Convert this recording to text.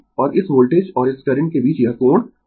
और इस वोल्टेज और इस करंट के बीच यह कोण यह ϕ है ϕ है